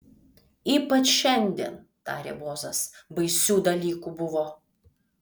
ypač šiandien tarė bozas baisių dalykų buvo